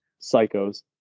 Psychos